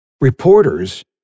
Reporters